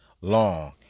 long